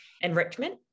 Enrichment